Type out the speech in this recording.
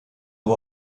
nur